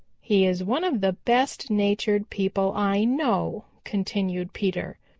he is one of the best-natured people i know, continued peter.